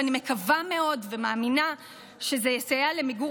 ואני מקווה מאוד ומאמינה שזה יסייע למיגור